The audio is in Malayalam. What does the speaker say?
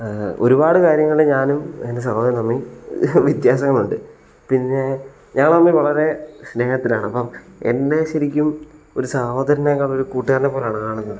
ഒരുപാട് കാര്യങ്ങളിൽ ഞാനും എൻ്റെ സഹോദരനും തമ്മിൽ വ്യത്യാസങ്ങൾ ഉണ്ട് പിന്നെ ഞങ്ങൾ തമ്മിൽ വളരെ സ്നേഹത്തിലാണ് ഇപ്പം എന്നെ ശരിക്കും ഒരു സഹോദരനെക്കാളും ഒരു കൂട്ടുകാരനെ പോലെയാണ് കാണുന്നത്